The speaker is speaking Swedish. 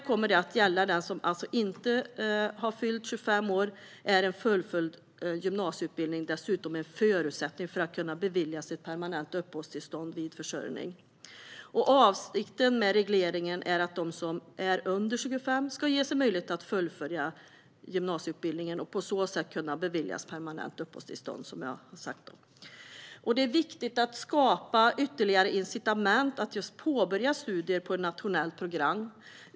För den som inte har fyllt 25 år kommer en fullföljd gymnasieutbildning dessutom att vara en förutsättning för att kunna beviljas ett permanent uppehållstillstånd vid försörjning. Avsikten med regleringen är att de som är under 25 år ska ges möjlighet att fullfölja en gymnasieutbildning och på så sätt kunna beviljas permanent uppehållstillstånd. Det är viktigt att skapa ytterligare incitament för att påbörja studier på ett nationellt program.